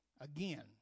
Again